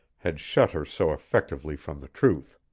had shut her so effectively from the truth.